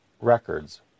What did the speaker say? records